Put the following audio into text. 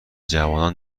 جوانان